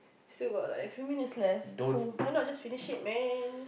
still got like a few minutes left so why not just finish it man